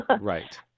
right